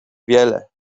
wiele